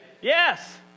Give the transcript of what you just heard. yes